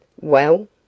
Well